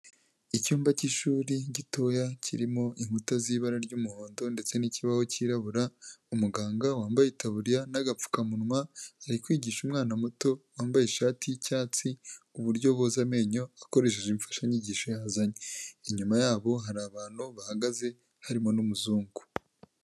Icyumba cy'ishuri gitoya kirimo inkuta z'ibara ry'umuhondo ndetse n'ikibaho cyirabura, umuganga wambaye itaburiya n'agapfukamunwa, ari kwigisha umwana muto wambaye ishati y'icyatsi uburyo boza amenyo akoresheje imfashanyigisho yazanye. Inyuma yabo hari abantu bahagaze harimo n'umuzungu.